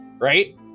right